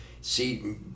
See